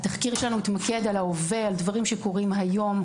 התחקיר שלנו התמקד בהווה, בדברים שקורים היום.